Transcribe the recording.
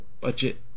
budget